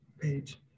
page